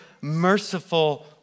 merciful